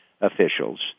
officials